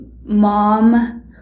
mom